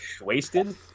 wasted